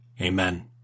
Amen